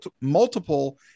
multiple